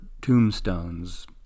tombstones